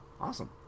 awesome